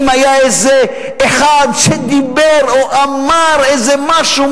אם היה איזה אחד שדיבר או אמר איזה משהו,